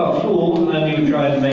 ah fool ah needs